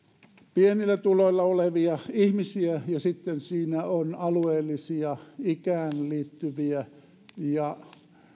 pienillä tuloilla olevia ihmisiä ja sitten siinä on alueellisia ikään liittyviä ja